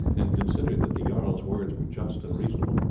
and considered that the jarl's words were just and reasonable.